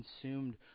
consumed